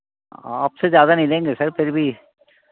आपसे ज़्यादा नहीं लेंगे सर फिर भी